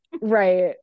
Right